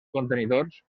contenidors